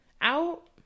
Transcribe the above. out